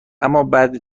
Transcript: امابعد